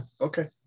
Okay